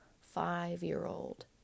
five-year-old